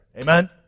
Amen